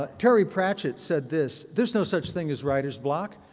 ah terry pratchett said this. there's no such thing as writer's block.